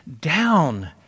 down